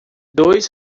dois